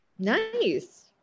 nice